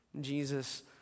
Jesus